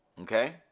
okay